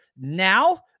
now